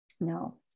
No